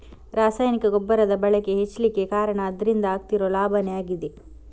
ರಾಸಾಯನಿಕ ಗೊಬ್ಬರದ ಬಳಕೆ ಹೆಚ್ಲಿಕ್ಕೆ ಕಾರಣ ಅದ್ರಿಂದ ಆಗ್ತಿರೋ ಲಾಭಾನೇ ಆಗಿದೆ